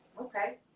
Okay